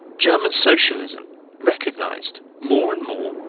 german socialism recognised, more and more,